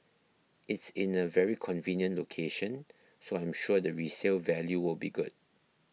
it's in a very convenient location so I'm sure the resale value will be good